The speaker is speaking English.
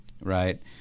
Right